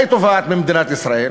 מה הוא תובע ממדינת ישראל?